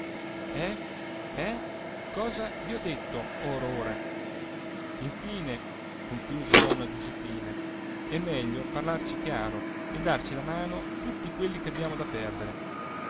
eh eh cosa vi ho detto or ora infine conchiuse donna giuseppina è meglio parlarci chiaro e darci la mano tutti quelli che abbiamo da perdere